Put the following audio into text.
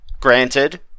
granted